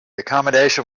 accommodation